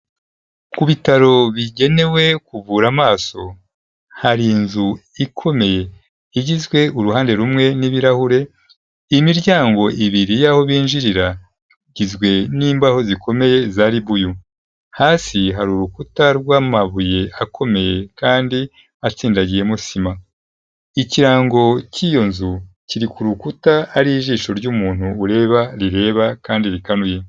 Ku bitaro bigenewe kuvura amaso, hari inzu ikomeye igizwe uruhande rumwe n'ibirahure, imiryango ibiri y'aho binjirira igizwe n'imbaho zikomeye za ribuyu, hasi hari urukuta rw'amabuye akomeye kandi atsindagiyemo sima. Ikirango cy'iyo nzu kiri ku rukuta, hari ijisho ry'umuntu ureba rireba kandi rikanuye.